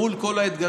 מול כל האתגרים,